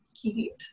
Cute